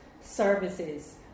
services